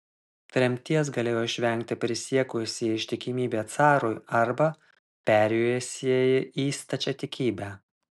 tremties galėjo išvengti prisiekusieji ištikimybę carui arba perėjusieji į stačiatikybę